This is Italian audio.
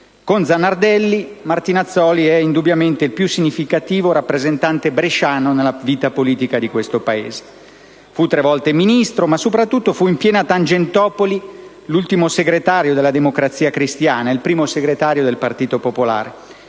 Con Zanardelli, Martinazzoli è indubbiamente il più significativo rappresentante bresciano nella vita politica di questo Paese. Fu tre volte Ministro, ma soprattutto fu, in piena Tangentopoli, l'ultimo segretario della Democrazia Cristiana e il primo segretario del Partito Popolare